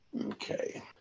Okay